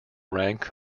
rank